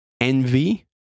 envy